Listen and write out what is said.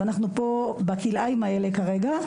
אז אנחנו פה בכלאיים האלה כרגע,